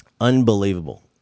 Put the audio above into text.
Unbelievable